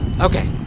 Okay